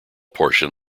portion